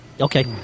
Okay